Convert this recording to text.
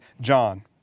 John